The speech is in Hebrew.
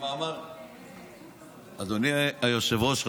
אדוני היושב-ראש,